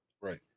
right